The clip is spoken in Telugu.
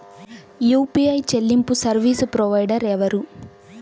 యూ.పీ.ఐ చెల్లింపు సర్వీసు ప్రొవైడర్ ఎవరు?